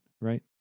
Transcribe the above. right